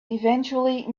eventually